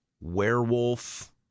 Werewolf